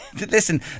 listen